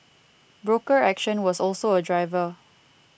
broker action was also a driver